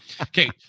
Okay